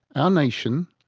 ah nation,